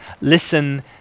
Listen